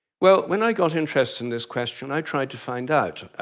well, when i got interested in this question, i tried to find out.